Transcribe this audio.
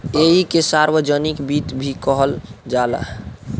ऐइके सार्वजनिक वित्त भी कहल जाला